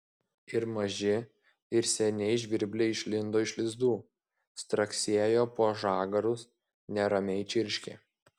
ir maži ir seniai žvirbliai išlindo iš lizdų straksėjo po žagarus neramiai čirškė